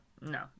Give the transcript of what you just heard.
no